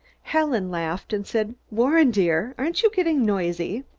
helen laughed and said warren, dear, aren't you getting noisy?